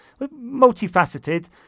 multifaceted